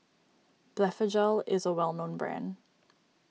Blephagel is a well known brand